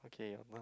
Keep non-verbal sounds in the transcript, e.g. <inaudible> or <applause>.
okay <noise>